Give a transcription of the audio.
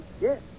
Yes